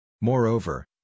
Moreover